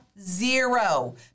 zero